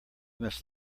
must